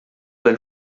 del